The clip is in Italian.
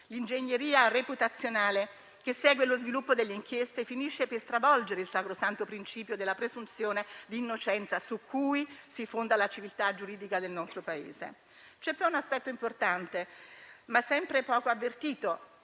L'ingegneria reputazionale che segue lo sviluppo delle inchieste finisce per stravolgere il sacrosanto principio della presunzione di innocenza su cui si fonda la civiltà giuridica del nostro Paese. C'è poi un tema importante, ma sempre poco avvertito,